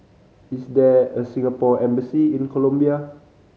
is there a Singapore Embassy in Colombia